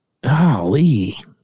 Golly